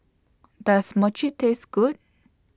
Does Mochi Taste Good